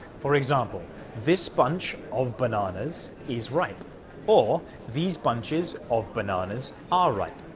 for example this bunch of bananas is ripe ah these bunches of bananas are ripe.